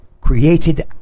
created